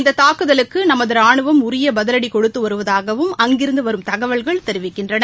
இந்த தாக்குதலுக்கு நமது ரானுவம் உரிய பதிவடி கொடுத்து வருவதாகவும் அங்கிருந்து வரும் தகவல்கள் தெரிவிக்கின்றன